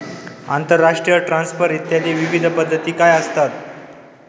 आंतरराष्ट्रीय ट्रान्सफर इत्यादी विविध पद्धती काय असतात?